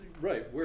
right